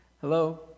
Hello